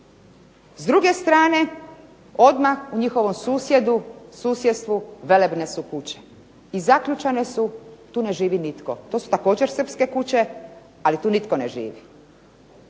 S druge strane, odmah u njihovom susjedstvu velebne su kuće i zaključane su, tu ne živi nitko. To su također srpske kuće, ali tu nitko ne živi.